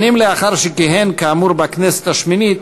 שנים לאחר שכיהן כאמור בכנסת השמינית,